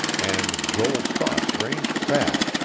and joel's thoughts ranged back,